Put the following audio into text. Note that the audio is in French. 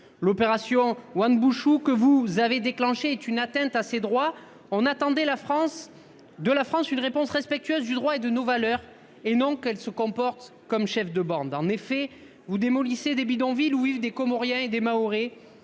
L'opération Wambushu que vous avez déclenché est une atteinte à ses droits. On attendait la France de la France une réponse respectueuse du droit et de nos valeurs et non qu'elle se comporte comme chef de bande en effet vous démolissez des bidonvilles où vivent des Comoriens et des Mahorais,